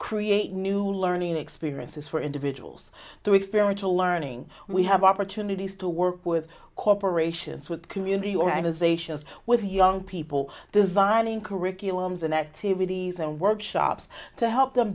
create new learning experiences for individuals to experience all learning we have opportunities to work with corporations with community organizations with young people designing curriculums and activities and workshops to help them